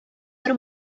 бер